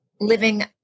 living